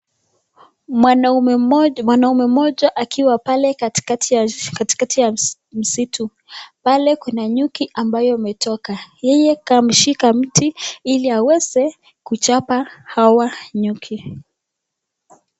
Mwanaume mmoja akiwa pale katikati ya msitu, pale kuna nyuki ambaye ametoka, yeye ameshika mti ili aweze kuchapa hawa nyuki.